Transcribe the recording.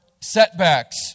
setbacks